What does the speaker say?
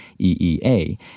EEA